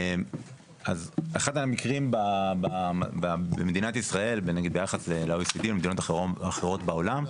אחד המקרים שבמדינת ישראל ביחס ל-OECD ומדינות אחרות בעולם,